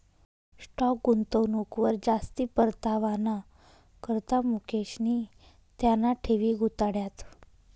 stock गुंतवणूकवर जास्ती परतावाना करता मुकेशनी त्याना ठेवी गुताड्यात